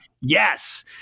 Yes